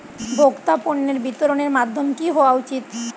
ভোক্তা পণ্যের বিতরণের মাধ্যম কী হওয়া উচিৎ?